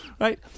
Right